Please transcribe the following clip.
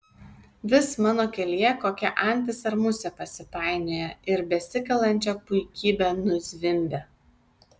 vis mano kelyje kokia antis ar musė pasipainioja ir besikalančią puikybę nuzvimbia